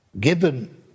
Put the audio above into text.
given